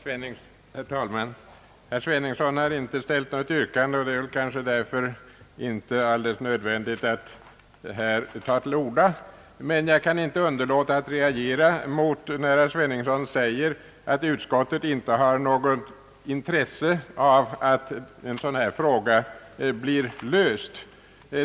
Herr talman! Herr Sveningsson har inte ställt något yrkande och därför är det kanske inte alldeles nödvändigt att ta till orda. Men jag kan inte underlåta att reagera när herr Sveningsson säger att utskottet inte har något intresse av att denna fråga blir löst.